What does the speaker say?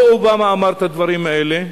לא אובמה אמר את הדברים האלה,